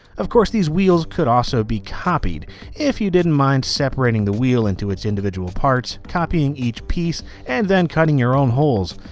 of course these wheels could also be copied if you didn't mind separating the wheel into its individual parts, copying each piece and then cutting your own holes.